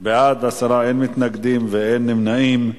בעד, 10, אין מתנגדים, אין נמנעים.